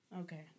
Okay